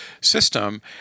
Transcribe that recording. system